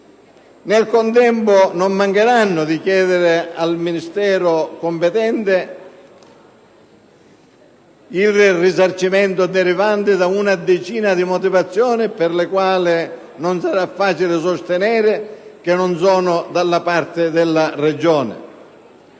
Nel contempo, non mancheranno di chiedere al Ministero competente il risarcimento dei danni derivanti da una decina di motivazioni, per le quali non sarà facile sostenere che non sono dalla parte della ragione.